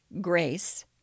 grace